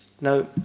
Now